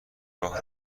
راه